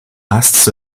lasts